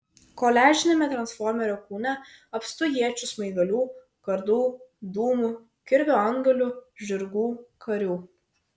koliažiniame transformerio kūne apstu iečių smaigalių kardų dūmų kirvio antgalių žirgų karių